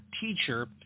teacher